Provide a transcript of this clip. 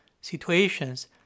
situations